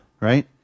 Right